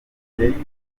twanditse